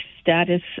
status